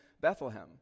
Bethlehem